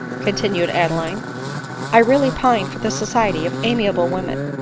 con tinued adeline i really pine for the society of amiable women.